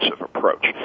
approach